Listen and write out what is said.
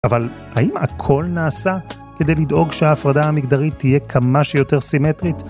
אבל האם הכל נעשה כדי לדאוג שההפרדה המגדרית תהיה כמה שיותר סימטרית?